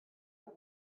have